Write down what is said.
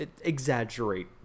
exaggerate